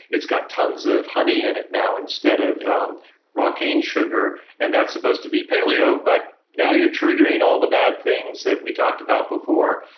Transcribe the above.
it's got tons of honey in it now instead of um raw cane sugar, and that's supposed to be paleo. but, now you're triggering all the bad things that we talked about before.